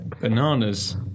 Bananas